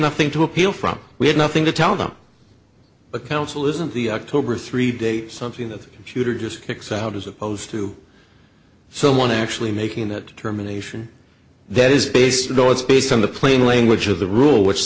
nothing to appeal from we have nothing to tell them but counsel isn't the october three day something the computer just kicks out as opposed to someone actually making that determination that is based no it's based on the plain language of the rule which